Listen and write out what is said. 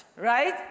right